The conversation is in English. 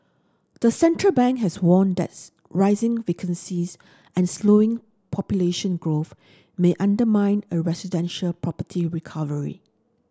the central bank has warned that's rising vacancies and slowing population growth may undermine a residential property recovery